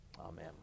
amen